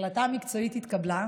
ההחלטה המקצועית התקבלה,